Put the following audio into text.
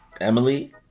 Emily